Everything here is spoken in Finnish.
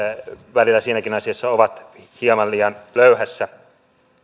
välillä siinäkin asiassa ovat hieman liian löyhässä